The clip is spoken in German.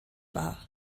war